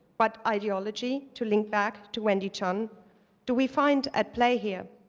but ideology to link back to wendy chun do we find at play here?